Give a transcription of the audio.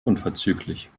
unverzüglich